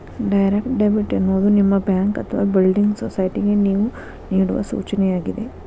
direct debit ಎನ್ನುವುದು ನಿಮ್ಮ bank ಅಥವಾ ಬಿಲ್ಡಿಂಗ್ ಸೊಸೈಟಿಗೆ ನೇವು ನೇಡುವ ಸೂಚನೆಯಾಗಿದೆ